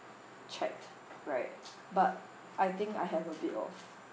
checked right but I think I have a bit of